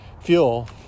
fuel